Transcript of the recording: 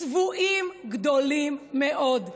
צבועים גדולים מאוד.